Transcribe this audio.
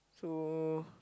so